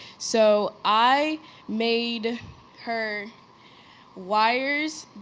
so, i made her wires.